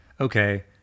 okay